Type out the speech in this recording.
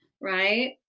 right